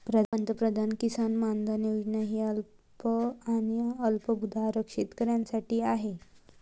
पंतप्रधान किसान मानधन योजना ही अल्प आणि अल्पभूधारक शेतकऱ्यांसाठी आहे